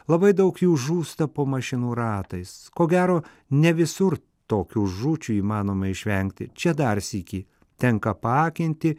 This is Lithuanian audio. labai daug jų žūsta po mašinų ratais ko gero ne visur tokių žūčių įmanoma išvengti čia dar sykį tenka apakinti